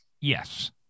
Yes